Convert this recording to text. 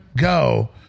go